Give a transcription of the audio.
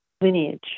lineage